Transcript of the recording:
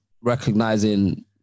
recognizing